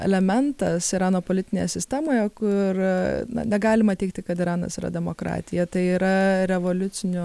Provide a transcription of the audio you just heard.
elementas irano politinėje sistemoje kur na negalima teigti kad iranas yra demokratija tai yra revoliucinių